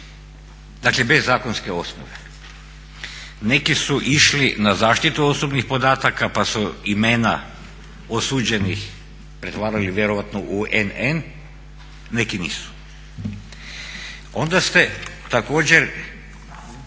dakle bez zakonske osnove. Neki su išli na zaštitu osobnih podataka pa su imena osuđenih pretvarali vjerojatno u NN, neki nisu. Onda ste također